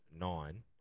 nine